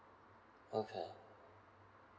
okay